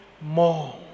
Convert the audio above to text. more